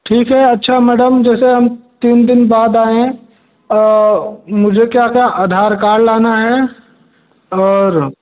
ठीक है अच्छा मैडम जैसे हम तीन दिन बाद आएँ मुझे क्या क्या आधार कार्ड लाना है और